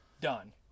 Done